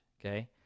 okay